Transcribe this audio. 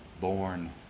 born